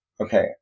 Okay